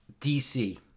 DC